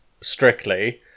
Strictly